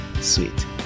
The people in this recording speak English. sweet